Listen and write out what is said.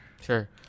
sure